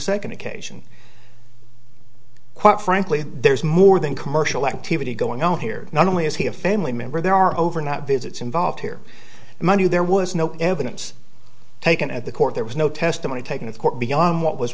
second occasion quite frankly there's more than commercial activity going on here not only is he a family member there are over not visits involved here among you there was no evidence taken at the court there was no testimony taken of court beyond what was